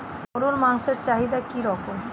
গরুর মাংসের চাহিদা কি রকম?